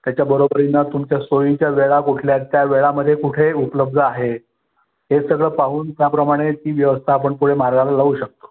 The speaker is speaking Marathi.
त्याच्या बरोबरीनं तुमच्या सोयीच्या वेळा कुठल्या आहेत त्या वेळामध्ये कुठे उपलब्ध आहे हे सगळं पाहून त्याप्रमाणे ती व्यवस्था आपण पुढे मार्गाला लावू शकतो